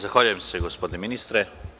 Zahvaljujem se, gospodine ministre.